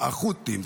החות'ים,